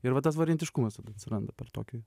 ir va tas variantiškumas tada atsiranda per tokį